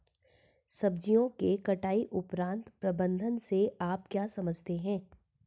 सब्जियों के कटाई उपरांत प्रबंधन से आप क्या समझते हैं?